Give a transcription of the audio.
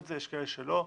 יש כאלה שלא.